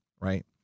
right